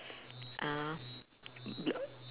um y~